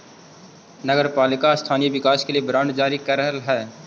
नगर पालिका स्थानीय विकास के लिए बांड जारी करऽ हई